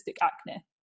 acne